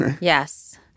Yes